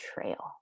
trail